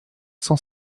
cent